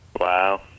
Wow